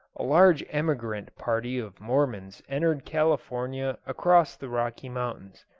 a large emigrant party of mormons entered california across the rocky mountains,